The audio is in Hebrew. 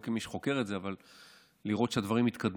לא כמי שחוקר את זה אלא לראות שהדברים יתקדמו.